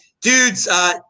dudes